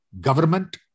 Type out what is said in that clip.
government